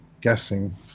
guessing